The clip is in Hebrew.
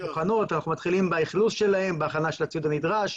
אנחנו מתחילים באכלוס שלהן, בהכנה של הציוד הנדרש.